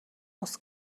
бус